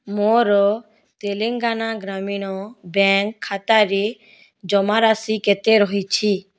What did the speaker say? ମୋର ତେଲେଙ୍ଗାନା ଗ୍ରାମୀଣ ବ୍ୟାଙ୍କ ଖାତାରେ ଜମାରାଶି କେତେ ରହିଛି